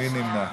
מי נמנע?